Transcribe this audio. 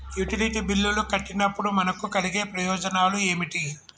Utility బిల్లులు కట్టినప్పుడు మనకు కలిగే ప్రయోజనాలు ఏమిటి?